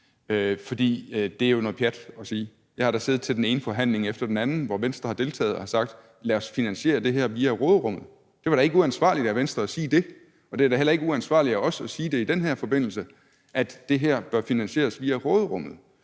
økonomi. Det er jo noget pjat at sige, for jeg har da siddet til den ene forhandling efter den anden, hvor Venstre har deltaget og har sagt: Lad os finansiere det her via råderummet. Det var da ikke uansvarligt af Venstre at sige det, og det er da heller ikke uansvarligt af os at sige det i den her forbindelse, altså at det her bør finansieres via råderummet.